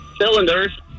Cylinders